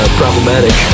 problematic